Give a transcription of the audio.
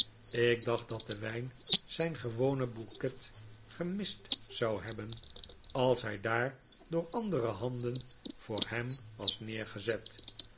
ik dacht dat de wijn zijn gewone bouquet gemist zou hebben als hij daar door andere handen voor hem was neergezet